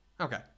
Okay